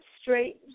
straight